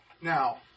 Now